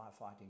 firefighting